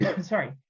sorry